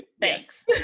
thanks